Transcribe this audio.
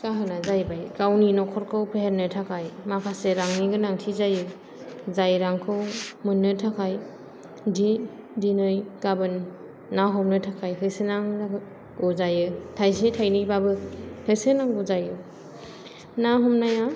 जाहोना जायैबाय गावनि नखरखौ फेहेरनो थाखाय माखासे रांनि गोनांथि जायो जाय रांखौ मोन्नो थाखाय दि दिनै गामोन ना हमनो थाखाय होसोनांगौ जायो थाइसे थाइनैबाबो होसोनांगौ जायो ना हमनाया